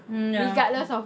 mm ya mm